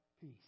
peace